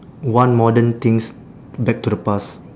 one modern things back to the past